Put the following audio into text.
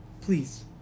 Please